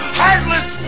heartless